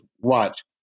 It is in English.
watch